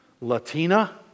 latina